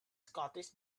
scottish